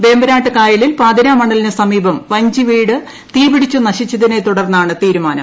വേമ്പനാട്ടു കായലിൽ പാതിരാമണലിനു സമീപം വഞ്ചിവീട് തീപിടിച്ചു നശിച്ചതിനെ തുടർന്നാണ് തീരുമാനം